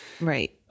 Right